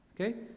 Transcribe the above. okay